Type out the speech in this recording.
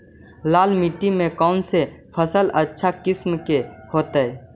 लाल मिट्टी में कौन से फसल अच्छा किस्म के होतै?